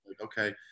Okay